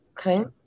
crème